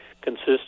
consists